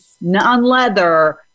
non-leather